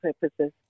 purposes